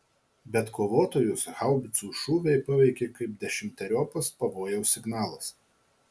bet kovotojus haubicų šūviai paveikė kaip dešimteriopas pavojaus signalas